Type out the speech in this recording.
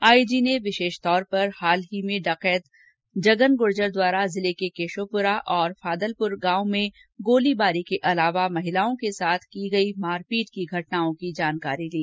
आई G ने बिशेष तौर पर हाल ही में डकैत जगन गूर्जर द्वारा जिले के केशोपुरा और फादल पूर गांव में गोलीबारी के अलावा महिलाओं के साथ की गई मारपीट की घटनाओं की जानकारी ली